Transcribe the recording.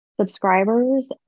subscribers